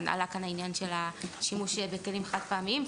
עלה כאן העניין של השימוש בכלים חד פעמיים,